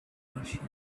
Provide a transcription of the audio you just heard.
martians